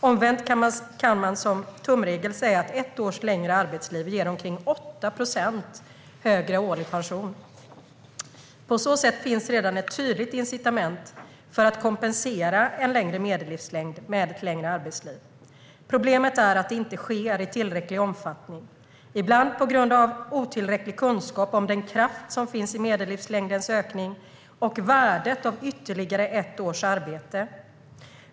Omvänt kan man som tumregel säga att ett års längre arbetsliv ger omkring 8 procent högre årlig pension. På så sätt finns redan ett tydligt incitament för att kompensera en längre medellivslängd med ett längre arbetsliv. Problemet är att det inte sker i tillräcklig omfattning, ibland på grund av otillräcklig kunskap om den kraft som finns i medellivslängdens ökning och värdet av ytterligare ett års arbete.